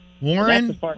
Warren